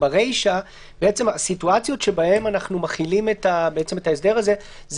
ברישא הסיטואציות שבהן אנחנו מחילים את ההסדר הזה זה